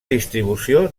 distribució